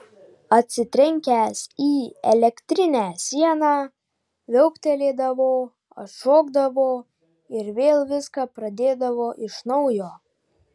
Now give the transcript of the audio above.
atsitrenkęs į elektrinę sieną viauktelėdavo atšokdavo ir vėl viską pradėdavo iš naujo